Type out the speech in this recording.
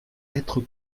être